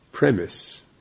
Premise